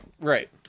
Right